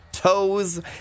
Toes